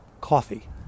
coffee